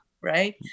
right